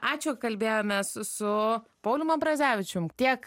ačiū kalbėjomės su paulium ambrazevičium tiek